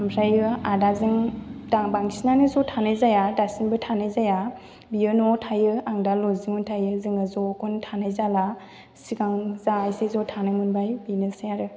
ओमफ्राय आदाजों बांसिनानो ज' थानाय जाया दासिमबो थानाय जाया बियो न'आव थायो आं दा लजिंआव थायो जोङो ज'खौनो थानाय जाला सिगां जा एसे ज' थानो मोनबाय बेनोसै आरो